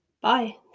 Bye